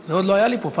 זה עוד לא היה לי בכלל.